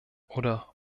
oder